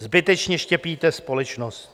Zbytečně štěpíte společnost.